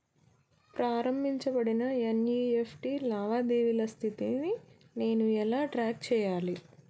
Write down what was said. ప్రారంభించబడిన ఎన్.ఇ.ఎఫ్.టి లావాదేవీల స్థితిని నేను ఎలా ట్రాక్ చేయాలి?